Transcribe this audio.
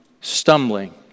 stumbling